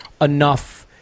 enough